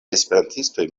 esperantistoj